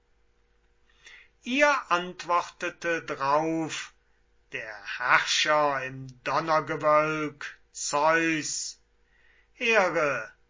ihr antwortete drauf der herrscher im donnergewölk zeus here